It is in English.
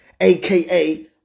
aka